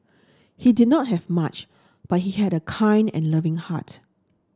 he did not have much but he had a kind and loving heart